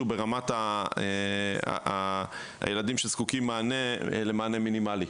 שוב, ברמת הילדים שזקוקים למענה מינימלי.